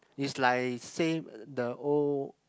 is like say the O